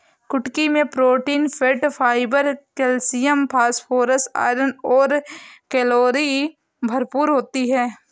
कुटकी मैं protein, fat, fibre, calcium, phosphorus, iron और कैलोरी भरपूर होती है